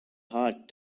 heart